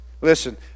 Listen